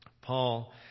Paul